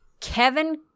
Kevin